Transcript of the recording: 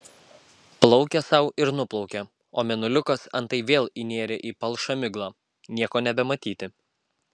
plaukė sau ir nuplaukė o mėnuliukas antai vėl įnėrė į palšą miglą nieko nebematyti